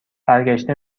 برگشته